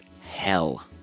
hell